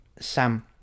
Sam